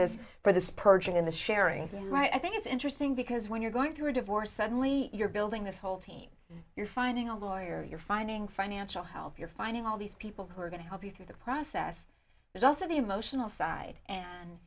this for this purging in the sharing there i think it's interesting because when you're going through a divorce suddenly you're building this whole team you're finding a lawyer you're finding financial help you're finding all these people who are going to help you through the process there's also the emotional side and